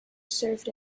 served